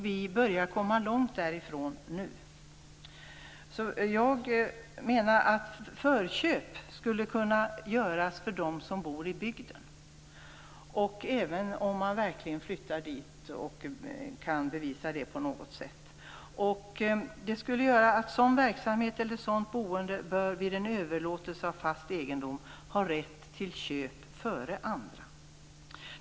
Vi börjar komma långt därifrån nu. Jag menar att förköp skulle kunna göras av dem som bor i bygden eller av någon som verkligen flyttar dit och kan bevisa det på något sätt. Vid en överlåtelse av fast egendom bör dessa människor ha rätt till köp före andra.